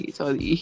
sorry